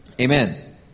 Amen